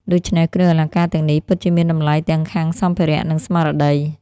ដូច្នេះ គ្រឿងអលង្ការទាំងនេះពិតជាមានតម្លៃទាំងខាងសម្ភារៈ និងស្មារតី។